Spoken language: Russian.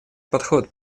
подход